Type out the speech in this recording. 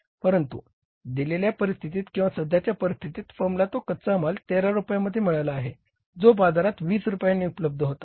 परंतु दिलेल्या परिस्थितीत किंवा सध्याच्या परिस्थितीत फर्मला तो कच्चा माल 13 रुपयांमध्ये मिळाला आहे जो बाजारात 20 रुपयांना उपलब्ध होता